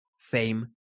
fame